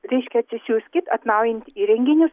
reiškia atsisiųskit atnaujint įrenginius